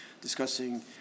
discussing